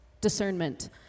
discernment